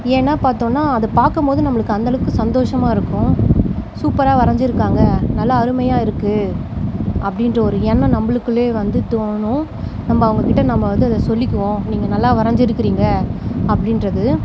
ஏன்னா பார்த்தோன்னா அது பார்க்கும்போது நம்மளுக்கு அந்தளவுக்கு சந்தோஷமாக இருக்கும் சூப்பராக வரைஞ்சிருக்காங்க நல்லா அருமையாக இருக்குது அப்படின்ற ஒரு எண்ணம் நம்மளுக்குள்ளே வந்து தோணும் நம்ம அவங்கக்கிட்ட நம்ம வந்து அதை சொல்லிக்குவோம் நீங்கள் நல்லா வரைஞ்சிருக்கிறீங்க அப்படின்றது